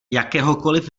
jakéhokoliv